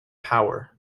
power